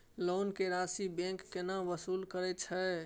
Loan के राशि bank केना वसूल करे छै?